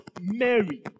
Mary